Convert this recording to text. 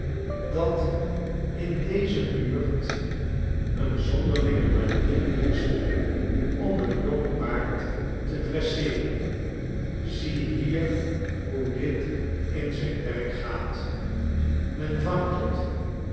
dat in deze buurt een zonderlinge manier heerscht om eenjong paard te dresseeren ziehier hoe dit in zijn werk gaat men vangt het